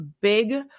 big